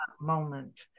moment